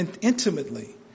intimately